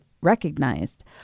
recognized